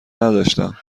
نداشتم